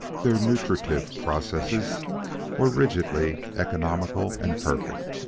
their nutritive processes were rigidly economical and perfect.